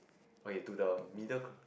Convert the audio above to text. okay to the middle